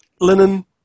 linen